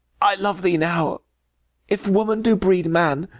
i love thee now if woman do breed man,